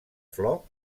flor